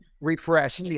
refresh